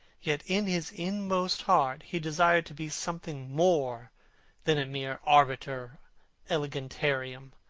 yet in his inmost heart he desired to be something more than a mere arbiter elegantiarum,